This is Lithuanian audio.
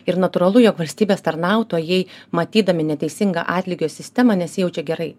ir natūralu jog valstybės tarnautojai matydami neteisingą atlygio sistemą nesijaučia gerai